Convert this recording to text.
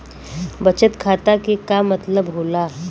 बचत खाता के का मतलब होला?